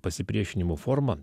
pasipriešinimo formą